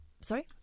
Sorry